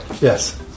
Yes